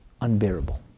unbearable